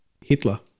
Hitler